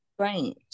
Strange